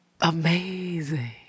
Amazing